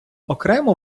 окремо